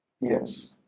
yes